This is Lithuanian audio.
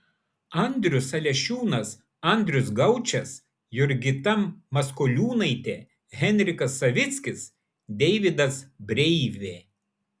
andrius alešiūnas andrius gaučas jurgita maskoliūnaitė henrikas savickis deividas breivė